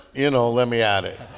you know, let me at it